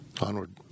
Onward